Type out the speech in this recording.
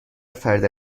فرد